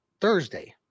Thursday